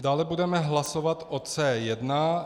Dále budeme hlasovat o C1.